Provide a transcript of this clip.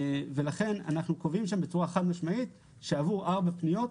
לכן אנחנו קובעים שם בצורה חד משמעית שעבור ארבע פניות,